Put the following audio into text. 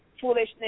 foolishness